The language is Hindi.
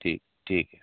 ठीक ठीक है